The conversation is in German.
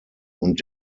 und